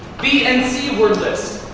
bnc word list.